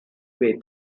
way